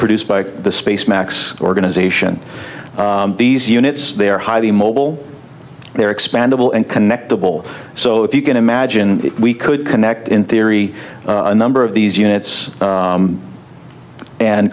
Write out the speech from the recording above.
produced by the space max organization these units they're highly mobile they're expandable and connectable so if you can imagine if we could connect in theory a number of these units